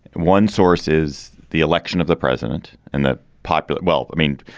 one source is the election of the president and the popular well, i mean,